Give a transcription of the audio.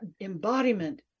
embodiment